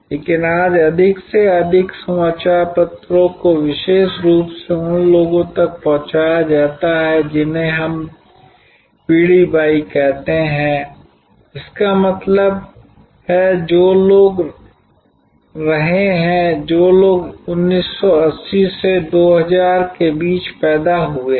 लेकिन आज अधिक से अधिक समाचार पत्रों को विशेष रूप से उन लोगों तक पहुंचाया जाता है जिन्हें हम पीढ़ी वाई कहते हैं इसका मतलब है जो लोग रहे हैं जो लोग 1980 से 2000 के बीच पैदा हुए हैं